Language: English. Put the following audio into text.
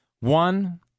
One